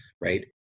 right